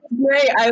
great